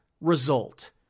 result